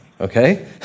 okay